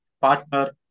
partner